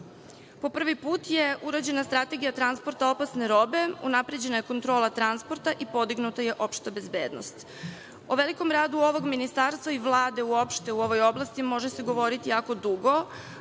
Po prvi put je urađena strategija transporta opasne robe, unapređena je kontrola transporta i podignuta je opšta bezbednost.O velikom radu ovog Ministarstva i Vlade uopšte u ovoj oblasti može se govoriti jako dugo,